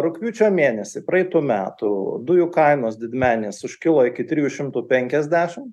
rugpjūčio mėnesį praeitų metų dujų kainos didmeninės užkilo iki trijų šimtų penkiasdešim